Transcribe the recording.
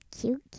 cute